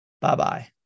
Bye-bye